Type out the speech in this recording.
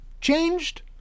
changed